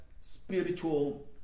spiritual